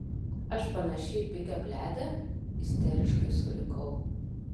aš panaši į pigią bliadę isteriškai surikau